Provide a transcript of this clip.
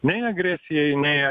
nei agresijai nei